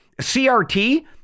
CRT